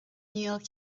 níl